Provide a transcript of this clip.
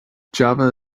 java